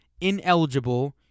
ineligible